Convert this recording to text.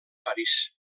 parís